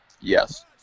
Yes